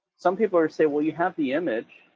some people will say, well, you have the image,